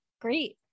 Great